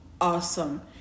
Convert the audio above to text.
awesome